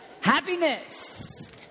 Happiness